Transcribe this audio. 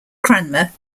cranmer